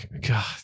God